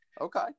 Okay